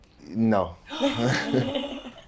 No